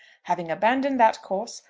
having abandoned that course,